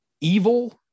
evil